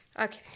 Okay